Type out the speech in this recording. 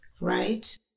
right